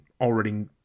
already